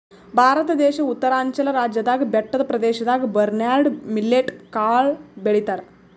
ಭಾರತ ದೇಶ್ ಉತ್ತರಾಂಚಲ್ ರಾಜ್ಯದಾಗ್ ಬೆಟ್ಟದ್ ಪ್ರದೇಶದಾಗ್ ಬರ್ನ್ಯಾರ್ಡ್ ಮಿಲ್ಲೆಟ್ ಕಾಳ್ ಬೆಳಿತಾರ್